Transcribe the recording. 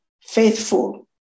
faithful